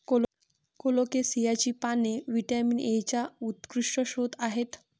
कोलोकेसियाची पाने व्हिटॅमिन एचा उत्कृष्ट स्रोत आहेत